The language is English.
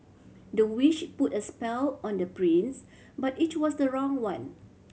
the witch put a spell on the prince but it was the wrong one